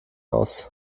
aus